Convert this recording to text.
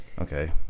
Okay